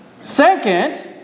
Second